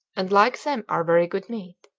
and like them are very good meat.